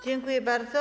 Dziękuję bardzo.